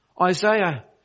Isaiah